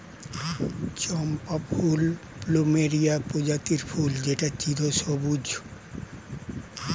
চম্পা ফুল প্লুমেরিয়া প্রজাতির ফুল যেটা চিরসবুজ